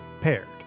Paired